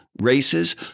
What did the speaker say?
races